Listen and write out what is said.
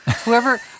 Whoever